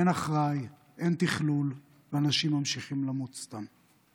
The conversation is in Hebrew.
אין אחראי, אין תכלול, ואנשים ממשיכים למות סתם.